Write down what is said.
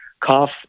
cough